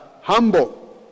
humble